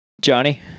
Johnny